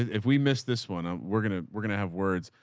if we missed this one, ah we're gonna, we're gonna have words.